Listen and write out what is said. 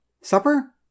Supper